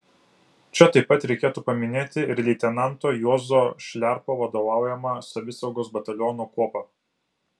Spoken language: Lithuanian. čia taip pat reikėtų paminėti ir leitenanto juozo šliarpo vadovaujamą savisaugos bataliono kuopą